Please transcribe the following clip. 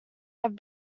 have